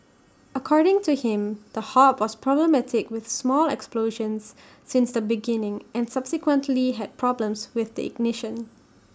according to him the hob was problematic with small explosions since the beginning and subsequently had problems with the ignition